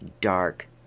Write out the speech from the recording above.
dark